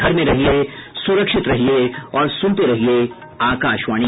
घर में रहिये सुरक्षित रहिये और सुनते रहिये आकाशवाणी